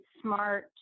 smart